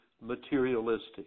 materialistic